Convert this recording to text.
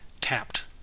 tapped